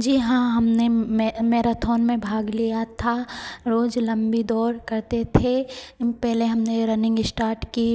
जी हाँ हमने मे मैराथोन में भाग लिया था रोज़ लंबी दौड़ करते थे पहले हमने रनिंग स्टार्ट की